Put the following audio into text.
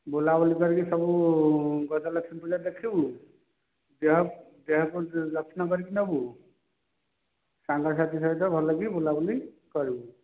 ବୁଲାବୁଲି କରିକି ସବୁ ଗଜଲକ୍ଷ୍ମୀ ପୂଜା ଦେଖିବୁ ଦେହ ଦେହକୁ ଯତ୍ନ କରିକି ନେବୁ ସାଙ୍ଗ ସାଥି ସହିତ ଭଲକି ବୁଲାବୁଲି କରିବୁ